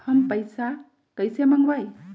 हम पैसा कईसे मंगवाई?